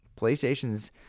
PlayStation's